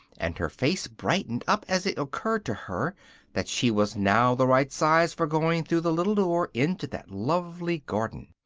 and her face brightened up as it occurred to her that she was now the right size for going through the little door into that lovely garden.